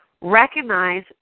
Recognize